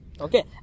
okay